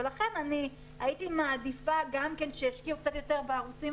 ולכן אני הייתי מעדיפה גם כן שישקיעו קצת יותר בערוצים